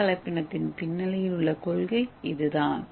ஏ கலப்பினத்தின் பின்னணியில் உள்ள கொள்கை இதுதான்